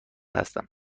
هستم